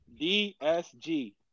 DSG